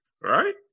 Right